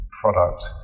product